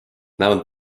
näevad